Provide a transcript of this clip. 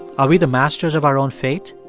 are we the masters of our own fate,